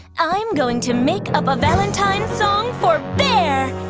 i'm going to make up a valentine's song for bear!